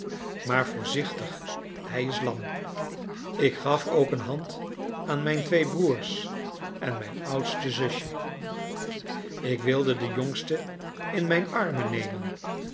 maar voorzichtig hij is lam ik gaf ook een hand aan mijn twee broers en mijn oudste zusje ik wilde de jongste in mijn armen nemen